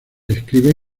escribe